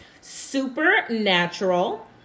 Supernatural